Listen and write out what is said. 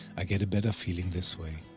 i get a better feeling this way.